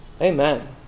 Amen